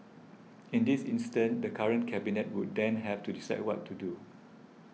in this instance the current Cabinet would then have to decide what to do